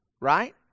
right